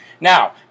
Now